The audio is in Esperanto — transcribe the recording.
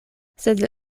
sed